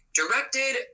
directed